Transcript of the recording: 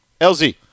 LZ